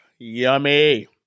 Yummy